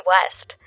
West